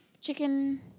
chicken